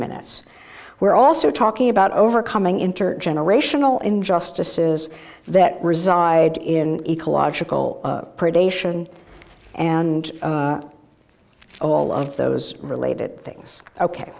minutes we're also talking about overcoming intergenerational injustices that reside in ecological and all of those related things ok